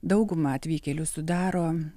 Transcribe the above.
daugumą atvykėlių sudaro